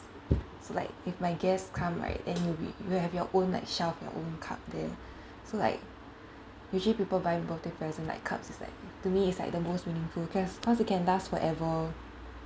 so like if my guests come right then you wi~ you have your own like shelf your own cup there so like usually people buy birthday present like cups is like to me it's like the most meaningful cause cause it can last forever